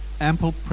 ample